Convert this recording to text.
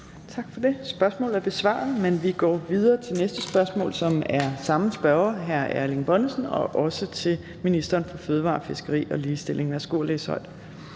Tak for det. Spørgsmålet er besvaret. Men vi går videre til næste spørgsmål, som er fra samme spørger, hr. Erling Bonnesen. Det er også til ministeren for fødevarer, fiskeri og ligestilling. Kl. 15:22 Spm.